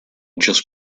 just